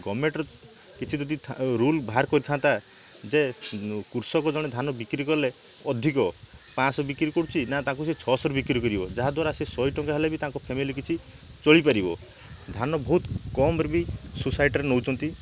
ଗଭର୍ଣ୍ଣମେଣ୍ଟର କିଛି ଯଦି ଥା ରୁଲ୍ ବାହାର କରିଥାନ୍ତା ଯେ କୃଷକ ଜଣେ ଧାନ ବିକ୍ରୀ କଲେ ଅଧିକ ପାଞ୍ଚଶହ ବିକ୍ରି କରୁଛି ନା ତାକୁ ସେ ଛଅଶହ ରେ ବିକ୍ରି କରିବ ଯାହାଦ୍ୱାରା ସେ ଶହେ ଟଙ୍କା ହେଲେ ବି ତାଙ୍କ ଫେମିଲି କିଛି ଚଳିପାରିବ ଧାନ ବହୁତ କମରେ ବି ସୋସାଇଟିରେ ନଉଛନ୍ତି